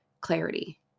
clarity